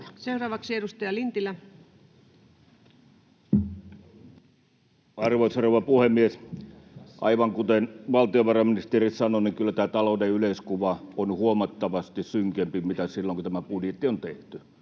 Arvoisa rouva puhemies! Aivan kuten valtiovarainministeri sanoi, kyllä tämä talouden yleiskuva on huomattavasti synkempi kuin mitä silloin kun tämä budjetti on tehty.